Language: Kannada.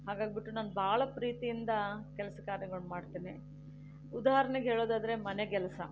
ಹಾಗಾಗ್ಬಿಟ್ಟು ನಾನು ಬಹಳ ಪ್ರೀತಿಯಿಂದ ಕೆಲಸ ಕಾರ್ಯಗಳನ್ನ ಮಾಡ್ತೀನಿ ಉದಾಹರಣೆಗೆ ಹೇಳೋದಾದರೆ ಮನೆಗೆಲಸ